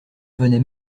venait